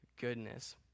goodness